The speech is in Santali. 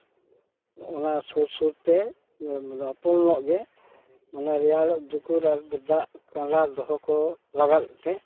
ᱚᱱᱟ ᱥᱩᱨ ᱥᱩᱨ ᱛᱮ ᱢᱟᱱᱮ ᱦᱚᱯᱚᱱ ᱧᱚᱜ ᱜᱮ ᱢᱟᱱᱮ ᱨᱮᱭᱟᱲᱚᱜ ᱡᱚᱠᱷᱚᱡ ᱟᱨ ᱫᱟᱜ ᱠᱟᱸᱰᱟ ᱫᱚᱦᱚ ᱠᱚ ᱞᱟᱜᱟᱫ ᱛᱮ